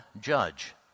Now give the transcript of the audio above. judge